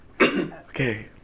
Okay